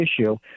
issue